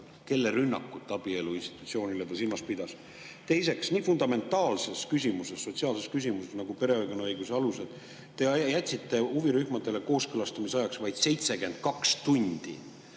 Kelle rünnakut abielu institutsioonile ta silmas pidas? Teiseks, nii fundamentaalses sotsiaalses küsimuses, nagu perekonnaõiguse alused, te jätsite huvirühmadele kooskõlastamise ajaks vaid 72 tundi.